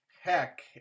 heck